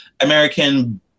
American